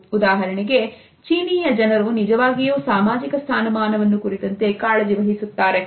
ಉದಾಹರಣೆಗೆ ಚೀನೀಯ ಜನರು ನಿಜವಾಗಿಯೂ ಸಾಮಾಜಿಕ ಸ್ಥಾನಮಾನವನ್ನು ಕುರಿತಂತೆ ಕಾಳಜಿವಹಿಸುತ್ತಾರೆ